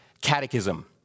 catechism